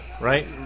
right